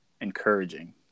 encouraging